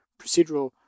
procedural